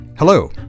Hello